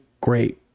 great